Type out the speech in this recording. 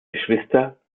geschwister